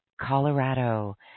colorado